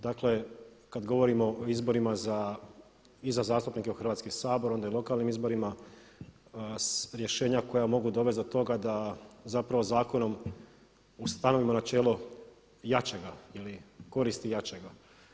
Dakle kada govorimo o izborima i za zastupnike u Hrvatski sabor, onda i lokalnim izborima, rješenja koja mogu dovesti do toga da zapravo zakonom ustanovimo načelo jačega ili koristi jačega.